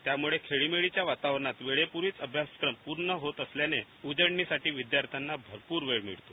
त्यामूळे खेळीमेळीच्या वातावरणात मूले वेळीच अभ्यासक्रम पूर्ण होत असल्याने उजळणीसाठी विद्याध्यांना भरपूर वेळ मिळतो